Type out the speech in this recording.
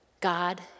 God